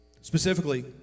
Specifically